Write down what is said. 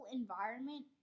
environment